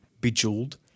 Bejeweled